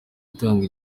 itanga